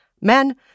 Men